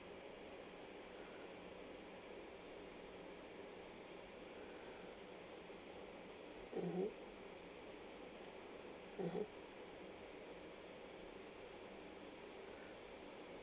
mmhmm mmhmm